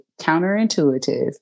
counterintuitive